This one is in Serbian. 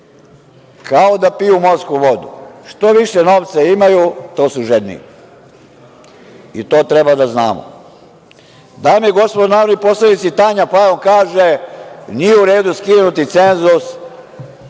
kao da piju morsku vodu. Što više novca imaju, to su žedniji. I to treba da znamo. Dame i gospodo narodni poslanici, Tanja Fajon kaže – nije u redu skinuti cenzus